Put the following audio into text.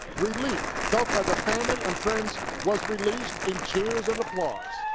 relief felt by the family and friends was released in cheers and applause.